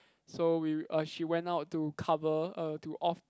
so we uh she went out to cover uh to off